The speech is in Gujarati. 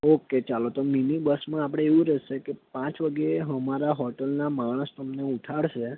ઓકે ચાલો તો મીની બસમાં આપણે એવું રહેશે કે પાંચ વાગ્યે અમારા હોટેલના માણસ તમને ઉઠાડશે